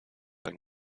ein